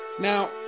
Now